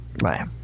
right